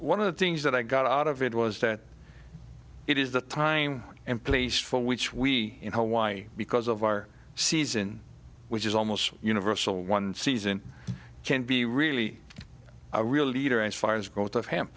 one of the things that i got out of it was that it is the time and place for which we in hawaii because of our season which is almost universal one season can't be really a real leader as far as g